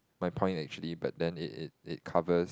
my point actually but then it it it covers